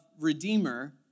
Redeemer